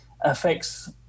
affects